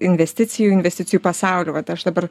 investicijų investicijų pasauliu vat aš dabar